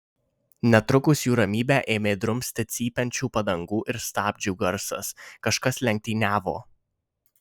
netrukus jų ramybę ėmė drumsti cypiančių padangų ir stabdžių garsas kažkas lenktyniavo